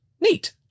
Neat